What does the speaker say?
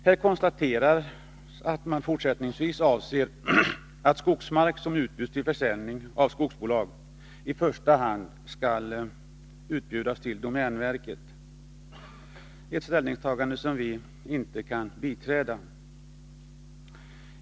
Här konstateras att man fortsättningsvis avser att skogsmark som utbjuds till försäljning av skogsbolagen i första hand skall erbjudas domänverket. Det är ett ställningstagande som vi inte kan biträda.